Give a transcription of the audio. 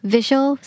Visual